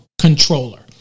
controller